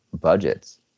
budgets